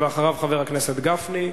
ואחריו - חבר הכנסת גפני.